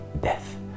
death